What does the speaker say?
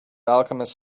alchemist